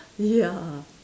ya